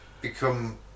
become